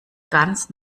ganz